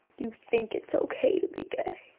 you think it's ok to be gay.